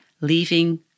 leaving